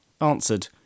answered